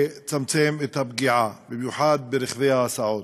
לצמצום הפגיעה, במיוחד ברכבי הסעות.